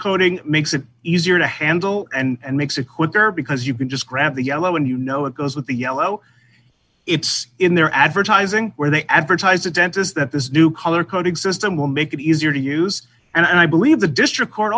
coding makes it easier to handle and makes a quicker because you can just grab the yellow when you know it goes with the yellow it's in their advertising where they advertise a dentist that this new color coding system will make it easier to use and i believe the district court